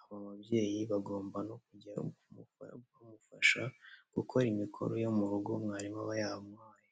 aba babyeyi bagomba no kujya bamufasha gukora imikoro yo mu rugo mwarimu aba yamuhaye.